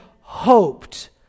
hoped